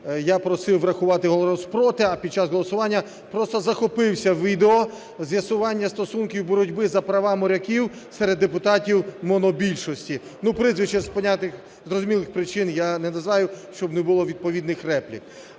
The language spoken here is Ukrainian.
я просив врахувати голос "проти", а під час голосування просто захопився відео з'ясування стосунків боротьби за права моряків серед депутатів монобільшості. Прізвища із зрозумілих причин я не називаю, щоб не було відповідних реплік.